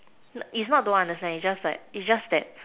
is not don't understand it's just like is just that